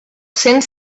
cents